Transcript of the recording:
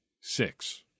six